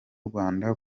rwanda